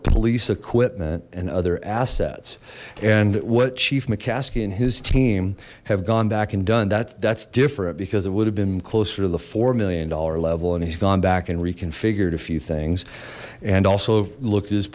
police equipment and other assets and what chief mccaskey and his team have gone back and done that that's different because it would have been closer to the four million dollar level and he's gone back and reconfigured a few things and also looked at his